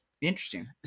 Interesting